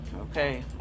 okay